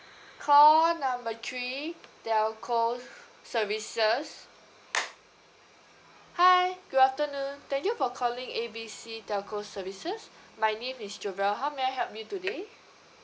call number three telco services hi good afternoon thank you for calling A B C telco services my name is jobelle how may I help you today